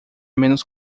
menos